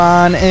on